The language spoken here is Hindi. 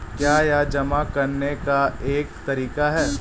क्या यह जमा करने का एक तरीका है?